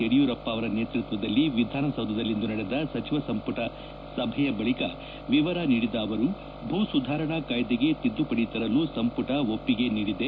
ಯಡಿಯೂರಪ್ಪ ಅವರ ನೇತೃತ್ವದಲ್ಲಿ ವಿಧಾನಸೌಧದಲ್ಲಿಂದು ನಡೆದ ಸಚಿವ ಸಂಪುಟ ಸಭೆಯ ಬಳಿಕ ವಿವರ ನೀಡಿದ ಅವರು ಭೂ ಸುಧಾರಣಾ ಕಾಯ್ದೆಗೆ ತಿದ್ದುಪಡಿ ತರಲು ಸಂಪುಟ ಒಪ್ಪಿಗೆ ನೀಡಿದೆ